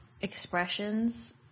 expressions